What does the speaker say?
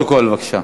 לפרוטוקול, בבקשה.